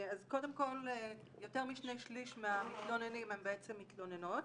אז קודם כל יותר משני שליש מהמתלוננים הם בעצם מתלוננות.